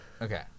Okay